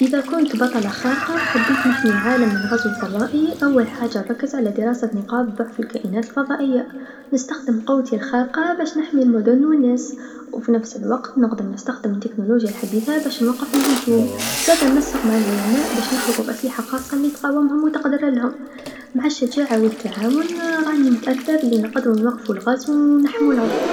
إذا كنت بطله خارقه و حبيت نحمي العالم من غزو فضائي، أول حاجه ركز على دراسة نقاط ضعف الكائنات الفضائيه، نستخدم قوتي الخارقه باش نحمي المدن و الناس و في نفس الوقت نقدر نستخدم التكنولوجيا الحديثه باش نوقف الهجوم، زادا نسق مع العلماء باش نخلقو أسلحه خاصه لتقاومهم و تقدرلهم، مع الشجاعه و التعاون راني متأكده بلي نقدرو نوقفو الغزو و نحمو لرض.